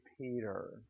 Peter